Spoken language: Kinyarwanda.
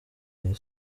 iyi